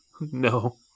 No